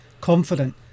confident